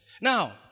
Now